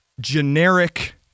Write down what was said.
generic